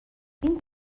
این